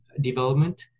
development